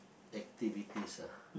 activities ah